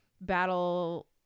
battle